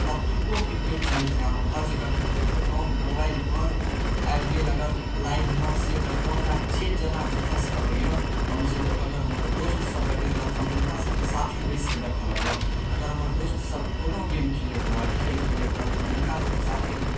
कतुकौ cricket चलैत रहै हम हर जगहके क्रिकेट देखलहुॅं मोबाइल पर आबि गेल अगर लाइवमे से देखलहुॅं हमरा जे जेना जतौ सऽ अबैया हम से देखलहुॅं अगर हमर दोस्त सब देखैत रहल हम हुनका सबके साथे बैसकऽ देखऽ लगलहुॅं अगर हम दोस्त सब कोनो गेम खेलैत रहल खेल खेलैत रहल तऽ हम हुनका सबके साथे